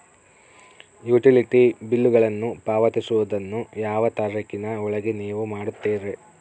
Utility ಬಿಲ್ಲುಗಳನ್ನು ಪಾವತಿಸುವದನ್ನು ಯಾವ ತಾರೇಖಿನ ಒಳಗೆ ನೇವು ಮಾಡುತ್ತೇರಾ?